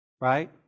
right